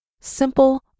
Simple